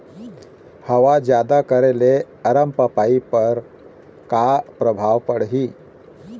हवा जादा करे ले अरमपपई पर का परभाव पड़िही?